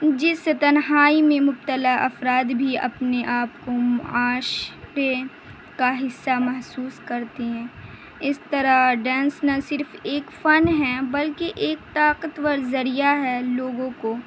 جس سے تنہائی میں مبتلا افراد بھی اپنے آپ کو معاشقے کا حصہ محسوس کرتی ہیں اس طرح ڈانس نہ صرف ایک فن ہے بلکہ ایک طاقت ور ذریعہ ہے لوگوں کو